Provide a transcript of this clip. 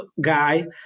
guy